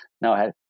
no